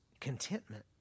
contentment